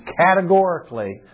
categorically